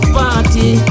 party